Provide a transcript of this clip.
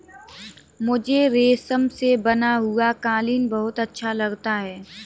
मुझे रेशम से बना हुआ कालीन बहुत अच्छा लगता है